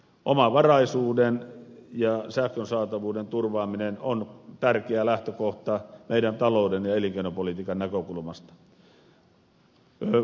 omavaraisuuden ja sähkön saatavuuden turvaaminen on tärkeä lähtökohta meidän taloutemme ja elinkeinopolitiikkamme näkökulmasta